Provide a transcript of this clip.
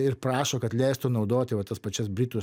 ir prašo kad leistų naudoti vat tas pačias britų